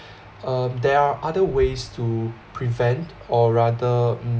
um there are other ways to prevent or rather mm